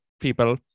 people